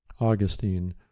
augustine